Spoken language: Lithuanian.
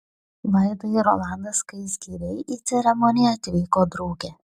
vaida ir rolandas skaisgiriai į ceremoniją atvyko drauge